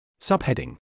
Subheading